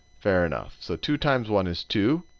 fair enough. so two times one is two.